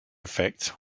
effects